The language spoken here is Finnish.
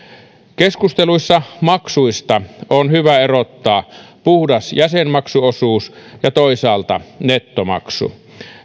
keskusteluissa maksuista on hyvä erottaa puhdas jäsenmaksuosuus ja toisaalta nettomaksu